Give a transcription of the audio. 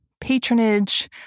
patronage